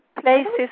places